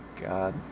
god